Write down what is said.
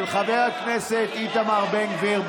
של חבר הכנסת איתמר בן גביר.